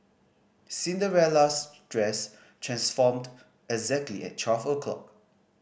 Cinderella's dress transformed exactly at twelve o'clock